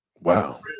Wow